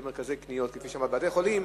מרכזי קניות, בתי-חולים,